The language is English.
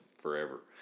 forever